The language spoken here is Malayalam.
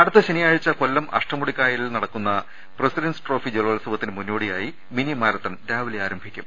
അടുത്ത ശനിയാഴ്ച്ച കൊല്ലം അഷ്ടമുടിക്കായലിൽ നടത്തുന്ന പ്രസിഡന്റ് സ് ട്രോഫി ജലോത്സവത്തിന് മുന്നോടിയായി മിനി മാര ത്തൺ രാവിലെ ആരംഭിക്കും